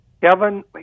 Kevin